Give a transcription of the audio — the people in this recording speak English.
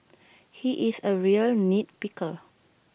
he is A real nit picker